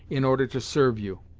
in order to serve you?